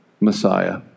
Messiah